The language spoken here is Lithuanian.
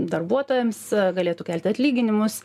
darbuotojams galėtų kelti atlyginimus